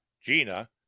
Gina